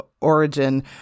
origin